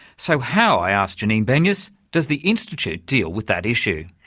so how, i asked janine benyus, does the institute deal with that issue?